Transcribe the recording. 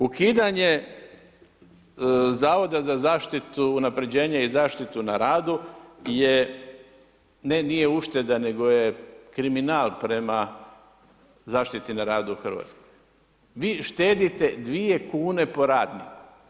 Ukidanje zavoda za unapređenje i zaštitu na radu je, ne nije ušteda, nego je kriminal prema zaštiti na radu u Hrvatskoj. vi štedite 2 kune po radniku.